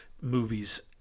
movies